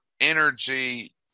energy